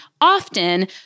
Often